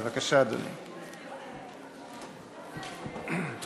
בבקשה, אדוני.